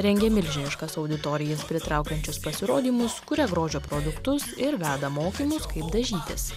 rengia milžiniškas auditorijas pritraukiančius pasirodymus kuria grožio produktus ir veda mokymus kaip dažytis